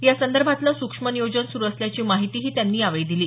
या संदर्भातलं सुक्ष्म नियोजन सुरु असल्याची माहितीही त्यांनी यावेळी दिली